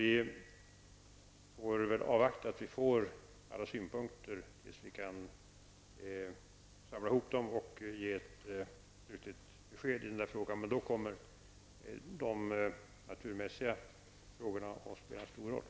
Vi får därför avvakta tills vi har fått alla synpunkter innan vi kan ge ett besked i frågan. Men då kommer de naturmässiga frågorna att spela en stor roll.